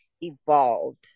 evolved